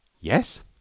yes